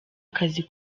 akazi